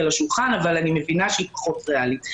על השולחן אבל אני מבינה שהיא פחות ריאלית.